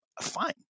fine